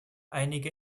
einige